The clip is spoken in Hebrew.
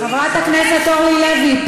חברת הכנסת אורלי לוי,